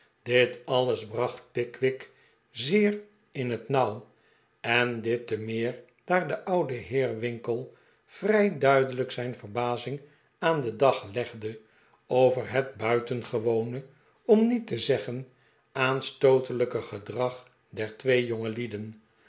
dit alles bracht pickwick zeer in het nauw en dit te meer daar de oude heer winkle vrij duidelijk zijn verbazing aan den dag legde over het buitengewone om niet te zeggen aanstootelijke gedrag der twee